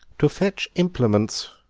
to fetch implements,